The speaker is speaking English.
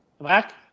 Back